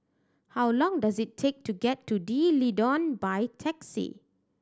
how long does it take to get to D'Leedon by taxi